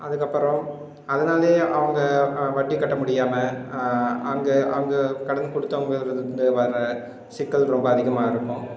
அதுக்கப்புறம் அதனாலயே அவுங்க வட்டி கட்ட முடியாமல் அங்கே அங்கே கடன் கொடுத்தவங்களிலேருந்து வர சிக்கல் ரொம்ப அதிகமாக இருக்கும்